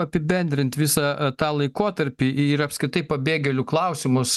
apibendrint visą tą laikotarpį ir apskritai pabėgėlių klausimus